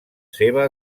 seva